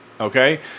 Okay